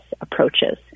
approaches